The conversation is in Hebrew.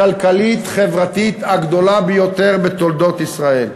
ההחלטה הכלכלית-חברתית הגדולה ביותר בתולדות ישראל.